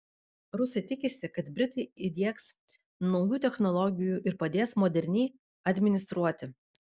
rusai tikisi kad britai įdiegs naujų technologijų ir padės moderniai administruoti